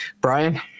brian